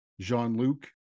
Jean-Luc